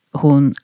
hon